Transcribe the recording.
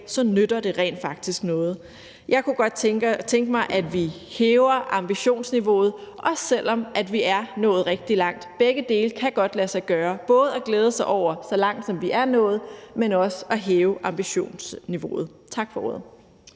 så nytter det rent faktisk noget. Jeg kunne godt tænke mig, at vi hæver ambitionsniveauet, også selv om vi er nået rigtig langt. Begge dele kan godt lade sig gøre, både at glæde sig over så langt, som vi er nået, men også at hæve ambitionsniveauet. Tak for ordet.